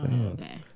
Okay